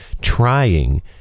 trying